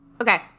Okay